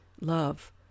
love